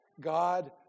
God